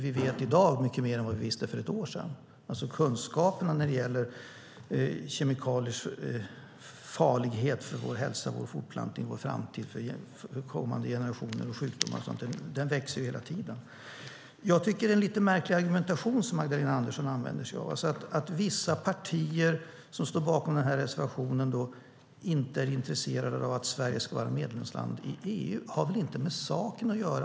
Vi vet i dag mycket mer än vad vi visste för ett år sedan. Kunskaperna när det gäller kemikaliers farlighet för vår hälsa, vår fortplantning, vår framtid, kommande generationer och sjukdomar växer hela tiden. Jag tycker att det är en lite märklig argumentation som Magdalena Andersson använder sig av. Att vissa partier som står bakom reservationen inte är intresserade av att Sverige ska vara ett medlemsland i EU har väl inte med saken att göra?